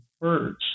birds